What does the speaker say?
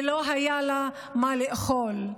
ולא היה לה מה לאכול,